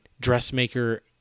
dressmaker